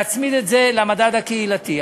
להצמיד את זה למדד הקהילתי.